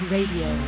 Radio